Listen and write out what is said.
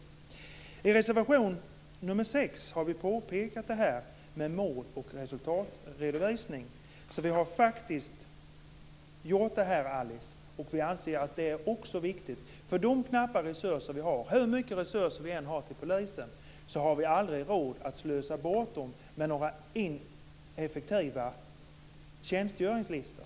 Vi har i reservation nr 6 pekat på mål och resultatredovisning, något som också vi anser vara viktigt. Resurserna är knappa, men hur mycket resurser vi än har till polisen har vi aldrig råd att slösa bort dem på ineffektiva tjänstgöringslistor.